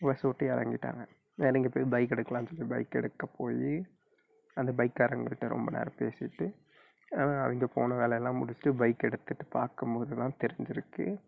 பஸ்ஸை விட்டு இறங்கிட்டாங்க இறங்கி போய் பைக்கு எடுக்குலாம்னு சொல்லி பைக் எடுக்க போய் அந்த பைக்காரங்க கிட்டே ரொம்ப நேரம் பேசிவிட்டு அவங்க போன வேலையெல்லாம் முடிச்சுட்டு பைக் எடுத்துட்டு பார்க்கும் போதுதான் தெரிஞ்சுருக்கு